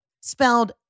spelled